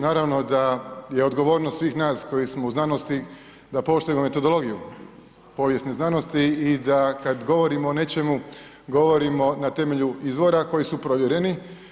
Naravno da je odgovornost svih nas koji smo u znanosti da poštujemo metodologiju povijesne znanosti i da kada govorimo o nečemu, govorimo na temelju izvora koji su provjereni.